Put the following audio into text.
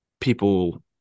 people